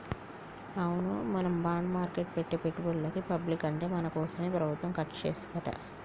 అవును మనం బాండ్ మార్కెట్లో పెట్టే పెట్టుబడులని పబ్లిక్ అంటే మన కోసమే ప్రభుత్వం ఖర్చు చేస్తాడంట